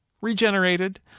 Regenerated